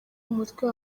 umutwe